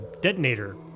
detonator